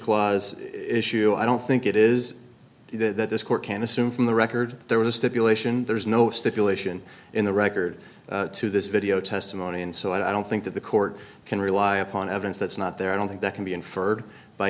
clause issue i don't think it is that this court can assume from the record there was a stipulation there is no stipulation in the record to this video testimony and so i don't think that the court can rely upon evidence that's not there i don't think that can be inferred by